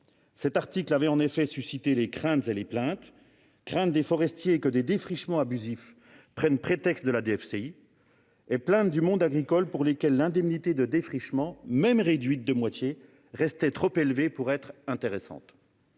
cet article avait suscité des craintes et des plaintes : craintes des forestiers que des défrichements prennent prétexte de la DFCI et soient en fait abusifs ; plaintes du monde agricole, pour lequel l'indemnité de défrichement, même réduite de moitié, restait trop élevée pour être intéressante.